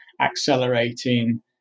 accelerating